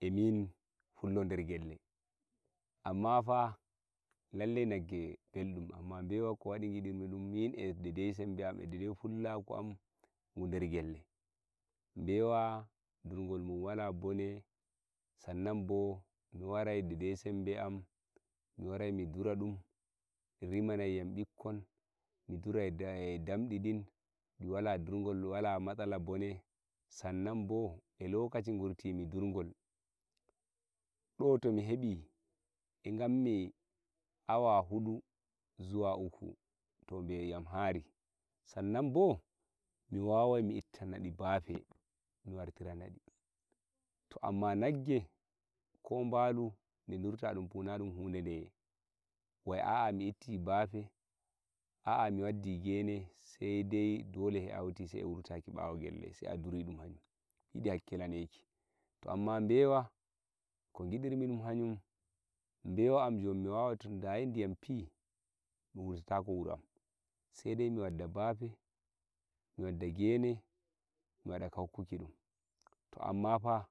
e min pullo nder gelle amma fa lalle nagge beldum amma bewa ko wadi gidumi dum min e dai- dai sembe am dai- dai pullaku am ngu nder gelle bewa mdurgol mun wala bone san nan bo mi wadai dai- dai sembe am mi warai mi ndura dum e rimana yam bikkon mi ndura damdi din wala ndurgol wala matsala bone san nan e lokaci ngimmi ndurgol do to mi hebi e ganmi awa hudu zuwa uku to be'i am hari san nan bo mi wawai mi wadani bafe mi wartida na di to amma nagge ko nbalu dum ndurnata dum na non hude wa'i a'a mi itti bafe a'a mi waddi gene sai dai dole sai a hauti sa'i wurtaki bawo gelle sai a nduri dum hanjum yidi hakkilaneki to amma bewa ko ngirrumi dum hanum bewa am jon mi wawai tunda ai ndiyam fi wurtatako wuro sai dai mi wadda bafe mi wadda gene mi wadai ka hokkuki dum to amma fa